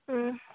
ꯎꯝ